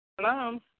Hello